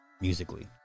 musically